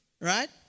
right